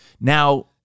now